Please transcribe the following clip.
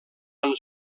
han